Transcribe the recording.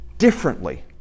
differently